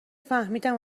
فهمیدم